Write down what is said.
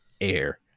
Air